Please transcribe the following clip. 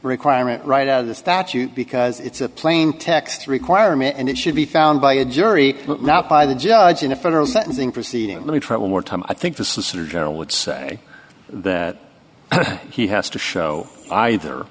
requirement right out of the statute because it's a plain text requirement and it should be found by a jury not by the judge in a federal sentencing proceeding let me try one more time i think the solicitor general would say that he has to show either